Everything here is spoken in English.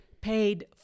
paid